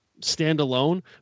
standalone